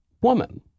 woman